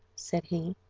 said he,